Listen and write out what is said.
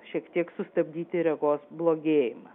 šiek tiek sustabdyti regos blogėjimą